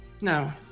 no